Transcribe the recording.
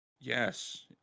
Yes